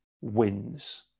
wins